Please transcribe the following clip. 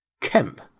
Kemp